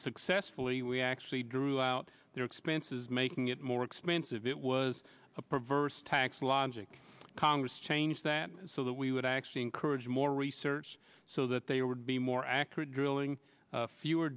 successfully we actually drew out their expenses making it more expensive it was a perverse tax logic congress change that so that we would actually encourage more research so that they would be more accurate drilling fewer